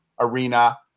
arena